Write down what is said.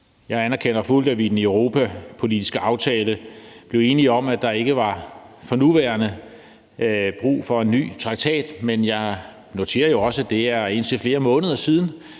Jeg anerkender fuldt, at vi i den europapolitiske aftale blev enige om, at der for nuværende ikke var brug for en ny traktat, men jeg noterer også, at det er indtil flere måneder siden,